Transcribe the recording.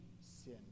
sin